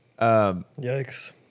Yikes